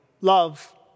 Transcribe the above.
Love